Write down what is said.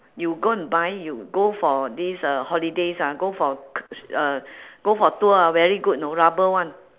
you go and buy you go for these uh holidays ah go for k~ uh go for tour ah very good you know rubber one